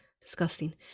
disgusting